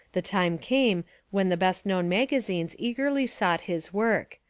the time came when the best known magazines eagerly sought his work.